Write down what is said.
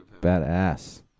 Badass